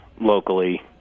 locally